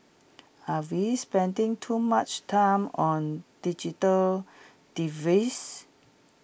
are we spending too much time on digital devices